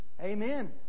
Amen